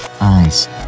Eyes